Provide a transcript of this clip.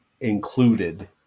included